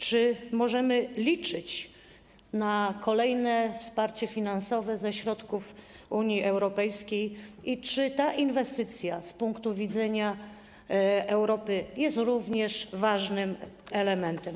Czy możemy liczyć na kolejne wsparcie finansowe ze środków Unii Europejskiej i czy ta inwestycja z punktu widzenia Europy jest również ważnym elementem?